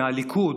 מהליכוד,